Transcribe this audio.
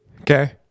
Okay